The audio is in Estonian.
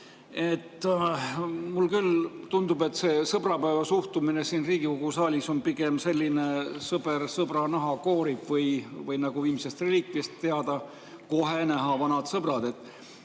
Mulle küll tundub, et see sõbrapäevasuhtumine siin Riigikogu saalis on pigem selline, et sõber sõbra naha koorib, või nagu "Viimsest reliikviast" teada: "Kohe näha, et vanad sõbrad."